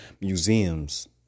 museums